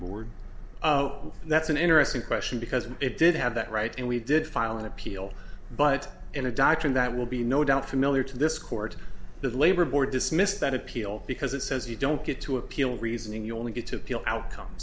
board oh that's an interesting question because it did have that right and we did file an appeal but in a doctrine that will be no doubt familiar to this court the labor board dismissed that appeal because it says you don't get to appeal reasoning you only get to